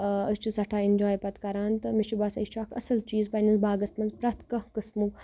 أسۍ چھِ سٮ۪ٹھاہ ایٚنجاے پَتہٕ کَران تہٕ مےٚ چھُ باسان یہِ چھُ اَکھ اَصٕل چیٖز پنٕنِس باغَس منٛز پرٛتھ کانٛہہ قٕسمُک